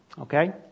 Okay